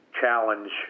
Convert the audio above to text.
challenge